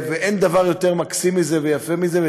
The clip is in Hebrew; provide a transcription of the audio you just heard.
אין דבר יותר מקסים מזה ויפה מזה,